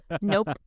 Nope